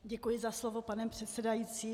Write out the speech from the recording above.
Děkuji za slovo, pane předsedající.